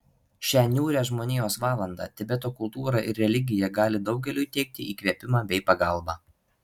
šią niūrią žmonijos valandą tibeto kultūra ir religija gali daugeliui teikti įkvėpimą bei pagalbą